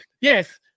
yes